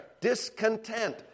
discontent